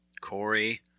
Corey